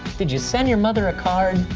did you send your mother a card,